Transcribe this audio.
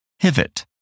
pivot